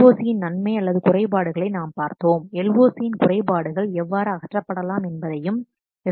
LOC இன் நன்மை அல்லது குறைபாடுகளை நாம் பார்த்தோம் LOC யின் குறைபாடுகள் எவ்வாறு அகற்றப்படலாம் என்பதையும்